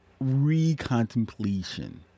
re-contemplation